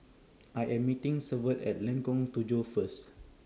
I Am meeting Severt At Lengkong Tujuh First